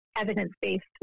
evidence-based